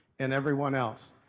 and everyone else.